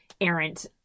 errant